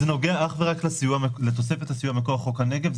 זה נוגע אך ורק לתוספת הסיוע מכוח חוק הנגב.